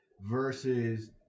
versus